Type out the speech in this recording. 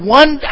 one